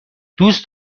دوست